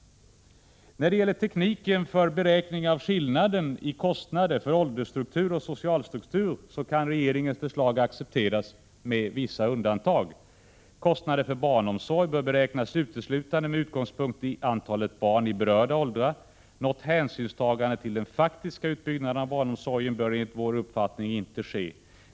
När det gäller tekniken för beräkning av skillnaden i kostnader för åldersstruktur och social struktur kan regeringens förslag accepteras med vissa undantag. Kostnader för barnomsorg bör beräknas uteslutande med utgångspunkt i antalet barn i berörda åldrar. Något hänsynstagande till den faktiska utbyggnaden av barnomsorgen bör enligt vår uppfattning inte ske.